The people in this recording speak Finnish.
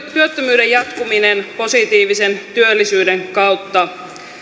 työttömyyden jatkuminen positiivisen työllisyyden kautta